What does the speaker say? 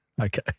okay